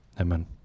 amen